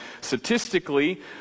statistically